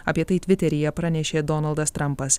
apie tai tviteryje pranešė donaldas trampas